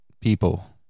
people